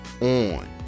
on